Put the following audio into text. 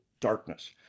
darkness